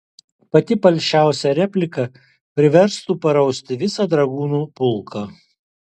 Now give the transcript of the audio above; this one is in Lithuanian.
pati palšiausia replika priverstų parausti visą dragūnų pulką